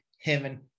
heaven